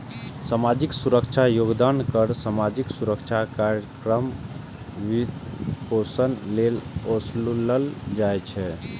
सामाजिक सुरक्षा योगदान कर सामाजिक सुरक्षा कार्यक्रमक वित्तपोषण लेल ओसूलल जाइ छै